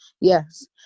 yes